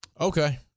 Okay